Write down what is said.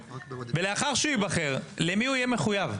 ולאחר שהוא ייבחר למי הוא יהיה מחויב?